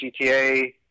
GTA